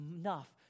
enough